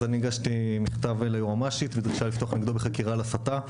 אני הגשתי מכתב ליועמ"שית ודרישה לפתוח נגדו בחקירה להסתה,